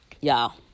y'all